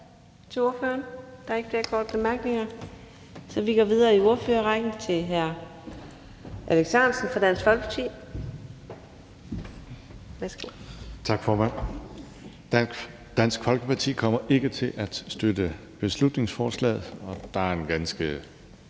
Tak, formand. Dansk Folkeparti kommer ikke til at støtte beslutningsforslaget. Der er nogle ganske